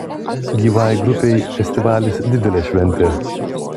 gyvai grupei festivalis didelė šventė